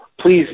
please